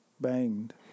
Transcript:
Banged